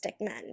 men